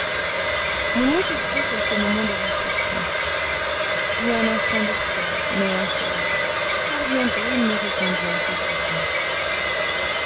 mon oncle prit quelques moments de réflexion j'eus un instant d'espoir mais un seul car bientôt il me répondit en ces termes